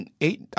eight